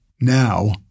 now